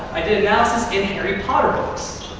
i did analysis in harry potter books.